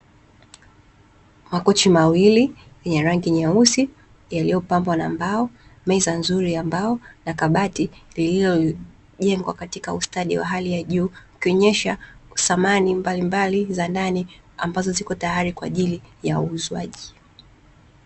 Makochi mawili ya rangi nyeusi yaliyopambwa na mbao, meza nzuri ya mbao na kabati lililojengwa katika ustadi wa hali ya juu ikionyesha samani mbalimbali za ndani ambazo ziko tayari kwaajili ya uuzwaji.